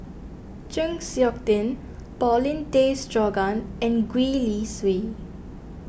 Chng Seok Tin Paulin Tay Straughan and Gwee Li Sui